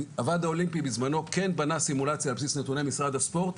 הוועד האולימפי בזמנו כן בנה סימולציה על בסיס נתוני משרד הספורט,